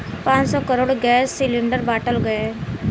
पाँच crore gas cylinder बाँटल गएल